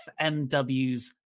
FMW's